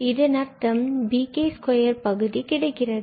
இதன் அர்த்தம் bk2 இந்தப்பகுதி கிடைக்கிறது